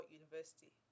university